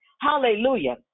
Hallelujah